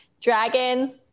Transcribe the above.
dragon